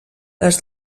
les